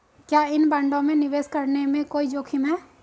क्या इन बॉन्डों में निवेश करने में कोई जोखिम है?